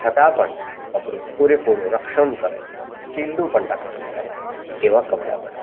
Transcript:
છતાં પણ કપડું પૂરેપૂરું રક્ષણ કરે શીલનું પણ રક્ષણ કરે એવા કપડાં બનાવવામાં આવે છે